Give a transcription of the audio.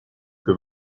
que